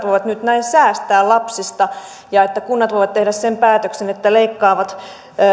voivat nyt näin säästää lapsista ja että kunnat voivat tehdä sen päätöksen että leikkaavat